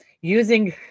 using